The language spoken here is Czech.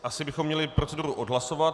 Asi bychom měli proceduru odhlasovat.